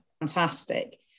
fantastic